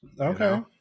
okay